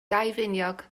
daufiniog